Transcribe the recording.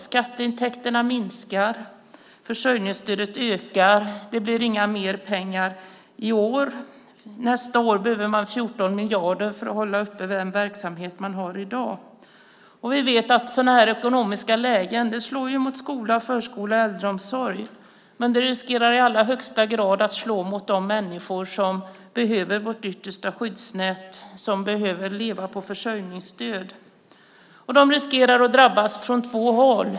Skatteintäkterna minskar och försörjningsstödet ökar. Det blir inga mer pengar i år. Nästa år behöver man 14 miljarder för att hålla uppe den verksamhet man har i dag. Och vi vet att sådana här ekonomiska lägen slår mot skola, förskola och äldreomsorg. Men det riskerar också i allra högsta grad att slå mot de människor som behöver vårt yttersta skyddsnät - som behöver leva på försörjningsstöd. De riskerar att drabbas från två håll.